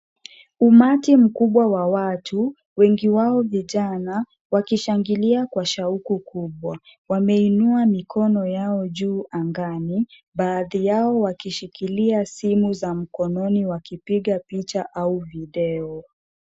Umati mkubwa wa watu wengi wao vijana wakishangilia kwa shauku kubwa. Wameinua mikono yao juu angani. Baadhi yao wakishikilia simu za mkononi wakipiga picha au video .